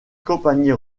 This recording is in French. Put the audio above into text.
compagnie